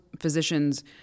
physicians